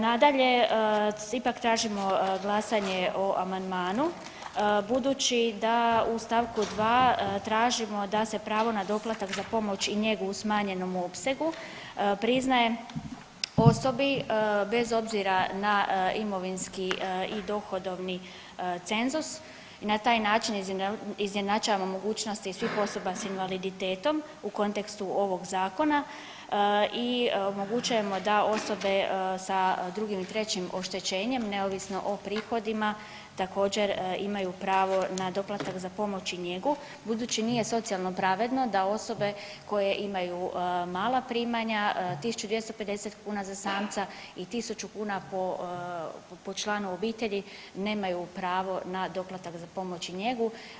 Nadalje, ipak tražimo glasanje o amandmanu budući da u stavku 2. tražimo da se pravo na doplatak za pomoć i njegu u smanjenom opsegu priznaje osobi bez obzira na imovinski i dohodovni cenzus i na taj način izjednačava mogućnost i svih osoba s invaliditetom u kontekstu ovog zakona i omogućujemo da osobe sa drugim i trećim oštećenjem neovisno o prihodima također imaju pravo na doplatak za pomoć i njegu budući nije socijalno pravedno da osobe koje imaju mala primanja 1.250 kuna za samca i 1.000 kuna po članu obitelji nemaju pravo na doplatak za pomoć i njegu.